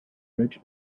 rich